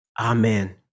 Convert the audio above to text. Amen